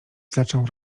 zaczął